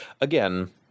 Again